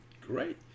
Great